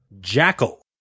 Jackal